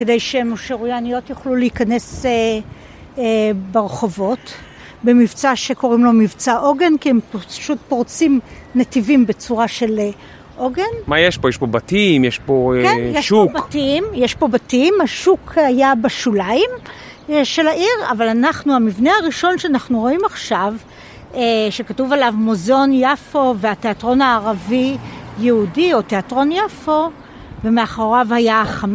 כדי שהמשורייניות יוכלו להיכנס ברחובות במבצע שקוראים לו מבצע עוגן כי הם פשוט פורצים נתיבים בצורה של עוגן מה יש פה? יש פה בתים? יש פה שוק? יש פה בתים, השוק היה בשוליים של העיר אבל אנחנו, המבנה הראשון שאנחנו רואים עכשיו שכתוב עליו מוזיאון יפו והתיאטרון הערבי יהודי או תיאטרון יפו, ומאחוריו היה...